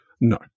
No